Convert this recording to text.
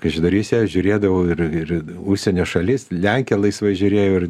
kaišiadoryse žiūrėdavau ir ir užsienio šalis lenkiją laisvai žiūrėjau ir